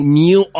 new